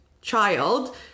child